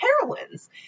heroines